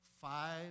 five